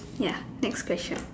ya next question